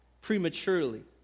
prematurely